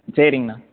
சரிங்கண்ணா